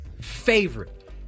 favorite